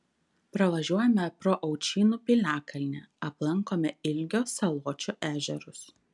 pravažiuojame pro aučynų piliakalnį aplankome ilgio saločio ežerus